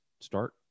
start